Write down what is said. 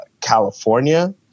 California